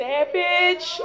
Savage